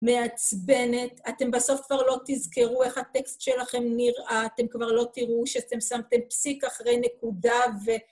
מעצבנת, אתם בסוף כבר לא תזכרו איך הטקסט שלכם נראה, אתם כבר לא תראו שאתם שמתם פסיק אחרי נקודה ו...